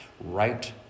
right